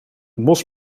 mos